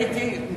הייתי,